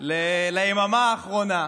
ליממה האחרונה.